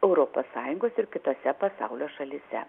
europos sąjungos ir kitose pasaulio šalyse